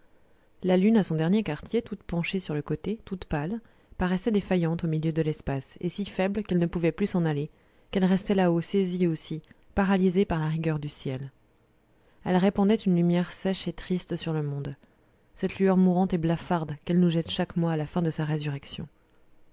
la lune à son dernier quartier toute penchée sur le côté toute pâle paraissait défaillante au milieu de l'espace et si faible qu'elle ne pouvait plus s'en aller qu'elle restait là-haut saisie aussi paralysée par la rigueur du ciel elle répandait une lumière sèche et triste sur le monde cette lueur mourante et blafarde qu'elle nous jette chaque mois à la fin de sa résurrection